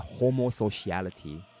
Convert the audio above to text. homosociality